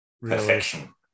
perfection